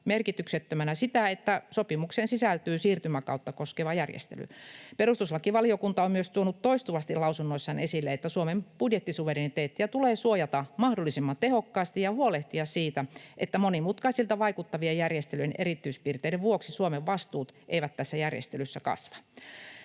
merkityksettömänä sitä, että sopimukseen sisältyy siirtymäkautta koskeva järjestely. Perustuslakivaliokunta on myös tuonut toistuvasti lausunnoissaan esille, että Suomen budjettisuvereniteettia tulee suojata mahdollisimman tehokkaasti ja huolehtia siitä, että monimutkaisilta vaikuttavien järjestelyjen erityispiirteiden vuoksi Suomen vastuut eivät tässä järjestelyssä kasva.